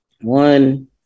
One